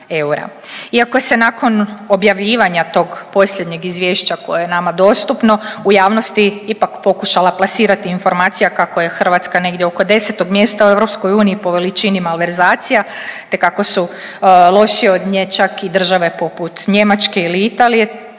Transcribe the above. Iako se nakon objavljivanja tog posljednjeg izvješća koje je nama dostupno u javnosti ipak pokušala plasirati informacija kako je Hrvatska negdje oko desetog mjesta u EU po veličini malverzacija te kako su lošije od nje čak i države poput Njemačke ili Italije,